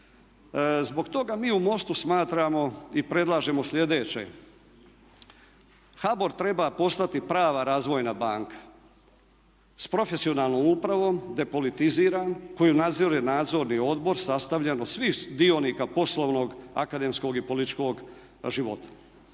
Zbog toga mi u MOST-u smatramo i predlažemo sljedeće: HBOR treba postati prava razvojna banka s profesionalnom upravom, depolitiziran koju nadzire Nadzorni odbor sastavljen od svih dionika poslovnog akademskog i političkog života.